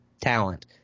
talent